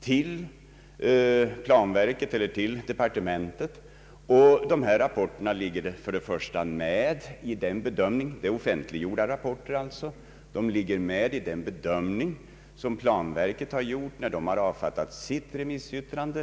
Dessa rapporter, som alltså är offentliggjorda, ligger för det första med i den bedömning som planverket har gjort när det avfattat sitt remissyttrande.